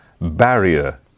barrier